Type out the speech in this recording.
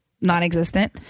non-existent